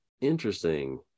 interesting